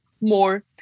more